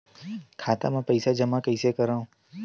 खाता म पईसा जमा कइसे करव?